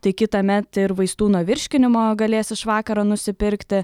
tai kitąmet ir vaistų nuo virškinimo galės iš vakaro nusipirkti